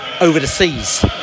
over-the-seas